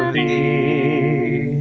a